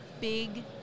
big